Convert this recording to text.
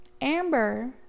Amber